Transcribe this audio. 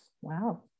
Wow